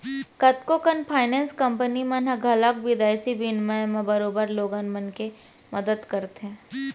कतको कन finance company मन ह घलौक बिदेसी बिनिमय म बरोबर लोगन मन के मदत करथे